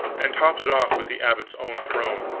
and topped it off with the abbot's own throne.